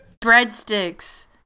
breadsticks